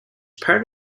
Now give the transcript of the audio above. part